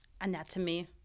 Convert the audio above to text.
anatomy